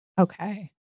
Okay